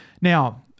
now